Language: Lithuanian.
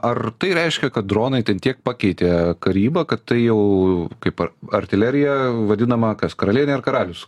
ar tai reiškia kad dronai ten tiek pakeitė karybą kad tai jau kaip ar artilerija vadinama kas karalienė ar karalius